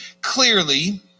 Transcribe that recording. clearly